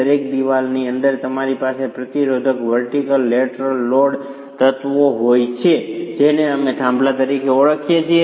દરેક દિવાલની અંદર તમારી પાસે પ્રતિરોધક વર્ટિકલ લેટરલ લોડ તત્વો હોય છે જેને અમે થાંભલા તરીકે ઓળખીએ છીએ